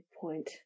point